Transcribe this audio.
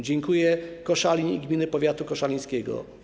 Dziękują Koszalin i gminy powiatu koszalińskiego.